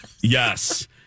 Yes